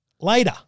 later